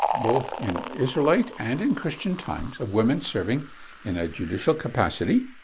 both in israelite and in christian times, of women serving in a judicial capacity,